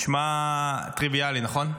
נשמע טריוויאלי, נכון?